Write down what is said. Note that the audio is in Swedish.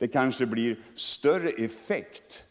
Det kanske blir större effekt